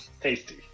tasty